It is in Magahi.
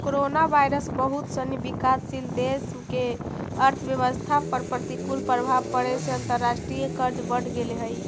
कोरोनावायरस बहुत सनी विकासशील देश के अर्थव्यवस्था पर प्रतिकूल प्रभाव पड़े से अंतर्राष्ट्रीय कर्ज बढ़ गेले हई